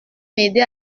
m’aider